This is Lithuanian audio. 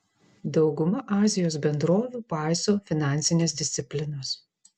dauguma azijos bendrovių paiso finansinės disciplinos